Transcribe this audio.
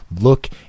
Look